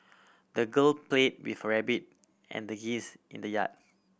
the girl played with her rabbit and the geese in the yard